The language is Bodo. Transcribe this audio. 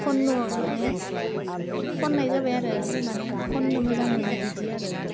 माने खन्नाय जाबाय आरो माने खन्नो मोजां मोनो बिदि आरो